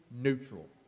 neutral